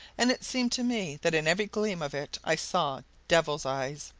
and it seemed to me that in every gleam of it i saw devils' eyes,